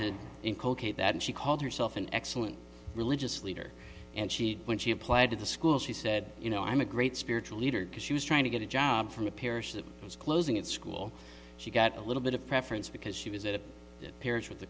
to in coalgate that she called herself an excellent religious leader and she when she applied to the school she said you know i'm a great spiritual leader because she was trying to get a job from a parish that was closing at school she got a little bit of preference because she was it appears with the